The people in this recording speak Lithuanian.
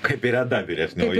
kaip ir eda vyresnioji